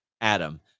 Adam